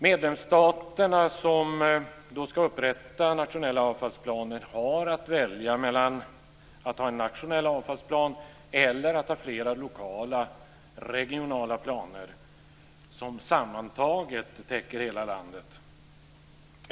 Medlemsstaterna som skall upprätta nationella avfallsplaner har att välja mellan att ha en nationell avfallsplan och att ha flera lokala och regionala planer som sammantaget täcker hela landet.